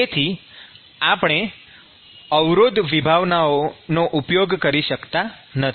તેથી આપણે અવરોધ વિભાવનાઓનો ઉપયોગ કરી શકતા નથી